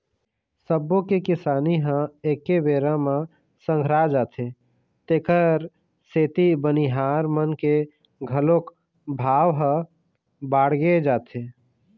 सब्बो के किसानी ह एके बेरा म संघरा जाथे तेखर सेती बनिहार मन के घलोक भाव ह बाड़गे जाथे